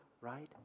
right